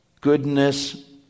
goodness